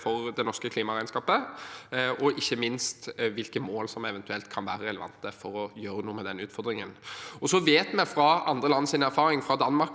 for det norske klimaregnskapet, og ikke minst hvilke mål som eventuelt kan være relevante for å gjøre noe med den utfordringen. Vi vet fra andre lands erfaring, f.eks. fra Danmark,